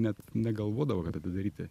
net negalvodavo kad atidaryti